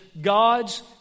God's